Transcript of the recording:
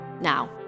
Now